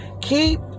Keep